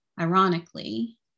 ironically